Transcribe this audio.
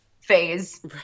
phase